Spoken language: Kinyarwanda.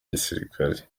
gisirikare